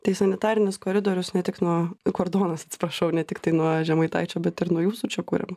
tai sanitarinis koridorius ne tik nuo kordonas atsiprašau ne tiktai nuo žemaitaičio bet ir nuo jūsų čia kuriamas